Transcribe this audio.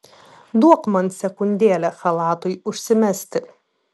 duok man sekundėlę chalatui užsimesti